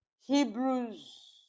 Hebrews